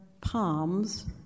palms